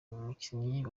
umukinnyi